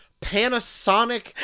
Panasonic